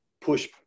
push